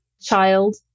child